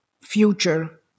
future